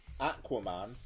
Aquaman